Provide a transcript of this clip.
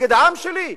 נגד העם שלי,